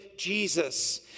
Jesus